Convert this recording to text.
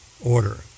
order